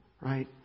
right